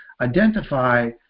identify